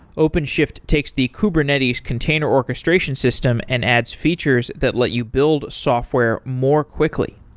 openshift takes the kubernetes container orchestration system and adds features that let you build software more quickly.